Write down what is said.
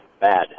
bad